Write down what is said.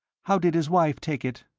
how did his wife take it?